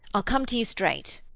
i'll come to you straight.